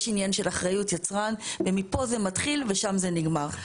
יש עניין של אחריות יצרן ומפה זה מתחיל ושם זה נגמר.